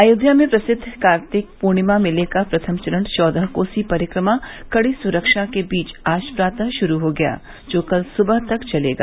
अयोध्या में प्रसिद्ध कार्तिक पूर्णिमा मेले का प्रथम चरण चौदह कोसी परिक्रमा कड़ी सुरक्षा के बीच आज प्रातः शुरू हो गया जो कल सुबह तक चलेगा